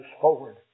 forward